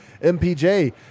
MPJ